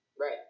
Right